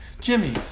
Jimmy